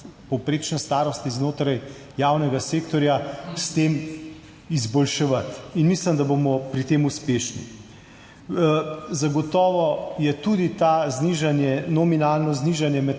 starosti znotraj javnega sektorja, s tem izboljševati in mislim, da bomo pri tem uspešni. Zagotovo je tudi to znižanje, nominalno znižanje med